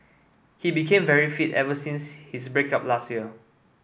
he became very fit ever since his break up last year